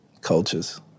cultures